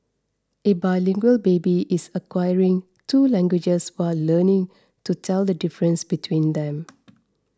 a bilingual baby is acquiring two languages while learning to tell the difference between them